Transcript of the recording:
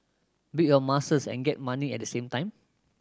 build your muscles and get money at the same time